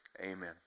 Amen